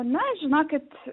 na žinokit